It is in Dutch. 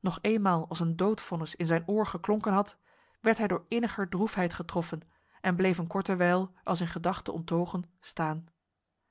nog eenmaal als een doodvonnis in zijn oor geklonken had werd hij door inniger droefheid getroffen en bleef een korte wijl als in gedachten onttogen staan